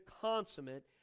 consummate